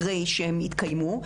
אחרי שהם התקיימו,